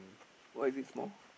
why is it small